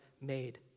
made